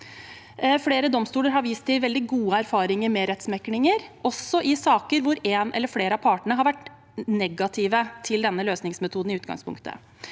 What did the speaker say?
Flere domstoler har vist til veldig gode erfaringer med rettsmeklinger, også i saker hvor én eller flere av partene har vært negative til denne løsningsmetoden i utgangspunktet.